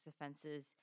offenses